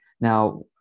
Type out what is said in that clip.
now